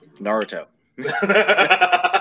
Naruto